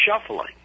shuffling